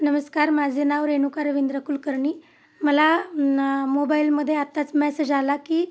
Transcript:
नमस्कार माझे नाव रेणुका रविंद्र कुलकर्णी मला ना मोबाईलमध्ये आत्ताच मॅसेज आला की